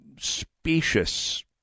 specious